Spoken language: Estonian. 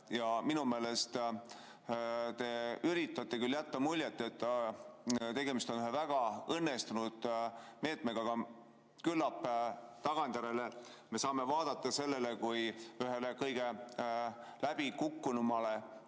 Minu meelest te küll üritate jätta muljet, et tegemist on väga õnnestunud meetmega, aga küllap tagantjärele me saame vaadata sellele kui ühele kõige läbikukkunumale